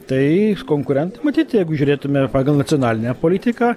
tai iš konkurentų matyt jeigu žiūrėtumėme pagal nacionalinę politiką